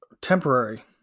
temporary